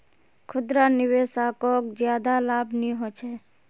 खुदरा निवेशाकोक ज्यादा लाभ नि होचे